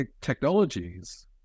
technologies